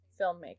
filmmaker